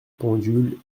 pendule